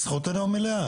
זכותנו המלאה.